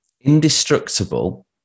Indestructible